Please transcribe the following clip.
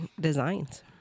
designs